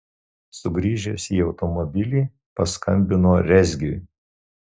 sugrįžęs į automobilį paskambino rezgiui